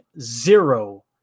zero